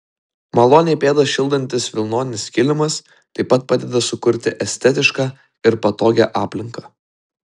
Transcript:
maloniai pėdas šildantis vilnonis kilimas taip pat padeda sukurti estetišką ir patogią aplinką